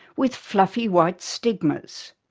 with fluffy white stigmas.